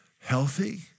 healthy